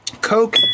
Coke